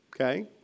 Okay